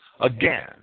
again